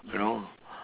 you know